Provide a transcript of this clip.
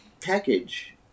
package